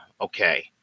okay